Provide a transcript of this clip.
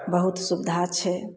बहुत सुविधा छै